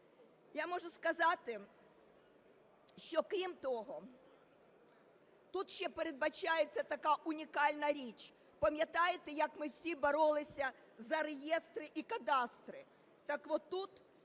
Я можу сказати, що крім того, тут ще передбачається така унікальна річ. Пам'ятаєте, як ми всі боролися за реєстри і кадастри.